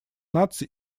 наций